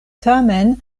tamen